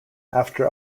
after